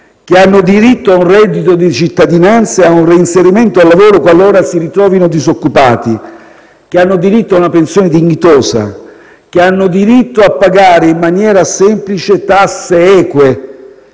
hanno diritto a un reddito di cittadinanza e a un reinserimento al lavoro qualora si ritrovino disoccupati; hanno diritto a una pensione dignitosa; hanno diritto a pagare in maniera semplice tasse eque.